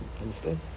Understand